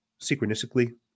Synchronistically